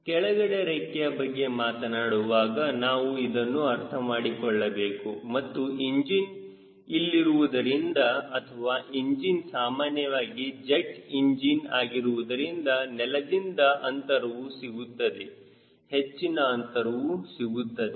ಕೆಳಗಡೆ ರೆಕ್ಕೆಯ ಬಗ್ಗೆ ಮಾತನಾಡುವಾಗ ನಾವು ಇದನ್ನು ಅರ್ಥಮಾಡಿಕೊಳ್ಳಬಹುದು ಮತ್ತು ಇಂಜಿನ್ ಇಲ್ಲಿರುವುದರಿಂದ ಅಥವಾ ಇಂಜಿನ್ ಸಾಮಾನ್ಯವಾಗಿ ಜೆಟ್ ಇಂಜಿನ್ ಆಗಿರುವುದರಿಂದ ನೆಲದಿಂದ ಅಂತರವು ಸಿಗುತ್ತದೆ ಹೆಚ್ಚಿನ ಅಂತರವು ಸಿಗುತ್ತದೆ